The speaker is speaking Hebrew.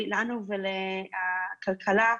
לנו והכלכלה,